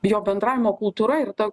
jo bendravimo kultūra ir to